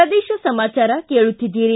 ಪ್ರದೇಶ ಸಮಾಚಾರ ಕೇಳುತ್ತೀದ್ದಿರಿ